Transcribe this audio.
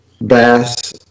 Bass